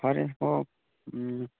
ꯐꯔꯦ ꯍꯣ ꯎꯝ